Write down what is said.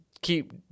keep